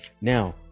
Now